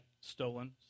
stolen